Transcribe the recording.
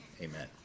Amen